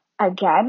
Again